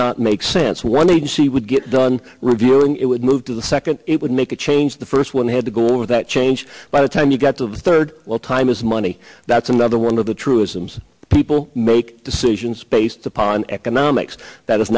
not make sense one agency would get done reviewing it would move to the second it would make a change the first one had to go all of that change by the time you get to the third well time is money that's another one of the truisms people make decisions based upon economics that is